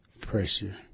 pressure